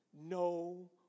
No